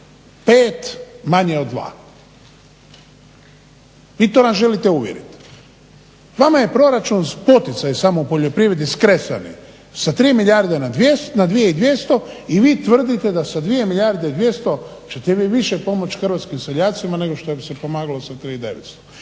5 manje od 2. Vi to nas želite uvjeriti. Vama je proračun poticaji samo u poljoprivredi skresani sa 3 milijarde na 2200 i vi tvrdite da sa 2 milijarde i 200 ćete vi više pomoći hrvatskim seljacima nego što bi se pomagalo sa 3900.